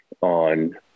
on